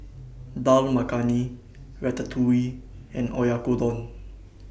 Dal Makhani Ratatouille and Oyakodon